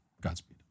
Godspeed